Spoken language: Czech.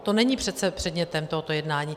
To není přece předmětem tohoto jednání.